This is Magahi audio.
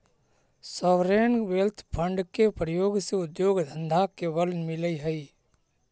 सॉवरेन वेल्थ फंड के प्रयोग से उद्योग धंधा के बल मिलऽ हई